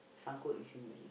sangkut with him already